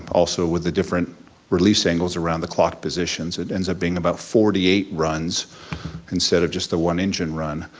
also with the different release angles around the clock positions, it ends up being about forty eight runs instead of just the one engine run,